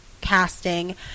casting